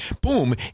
Boom